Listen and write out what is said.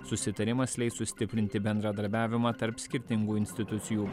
susitarimas leis sustiprinti bendradarbiavimą tarp skirtingų institucijų